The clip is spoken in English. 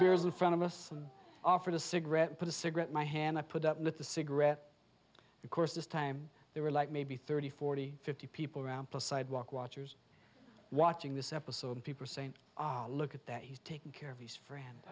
beers in front of us and offered a cigarette put a cigarette my hand i put up with the cigarette of course this time they were like maybe thirty forty fifty people around plus sidewalk watchers watching this episode of people saying oh look at that he's taking care of his friend